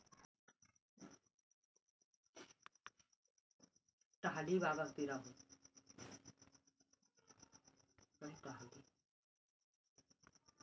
अटल खेतिहर श्रम बीमा योजना के लिए आयु सीमा क्या है?